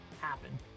happen